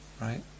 right